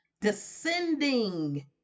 descending